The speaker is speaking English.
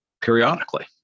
periodically